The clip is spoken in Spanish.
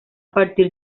partir